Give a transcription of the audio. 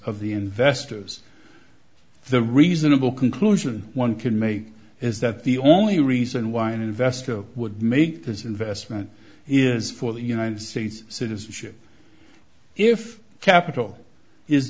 of the investors the reasonable conclusion one can make is that the only reason why an investor would make this investment is for the united states citizenship if capital is